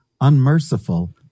unmerciful